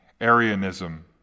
Arianism